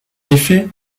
effet